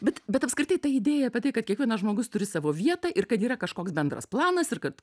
bet bet apskritai ta idėja apie tai kad kiekvienas žmogus turi savo vietą ir kad yra kažkoks bendras planas ir kad